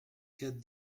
quatre